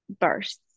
bursts